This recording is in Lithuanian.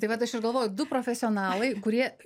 tai vat aš ir galvoju du profesionalai kurie